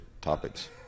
topics